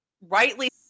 rightly